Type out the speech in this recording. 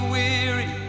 weary